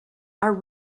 are